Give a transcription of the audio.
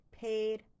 paid